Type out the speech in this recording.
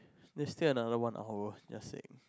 there's still another one hour just saying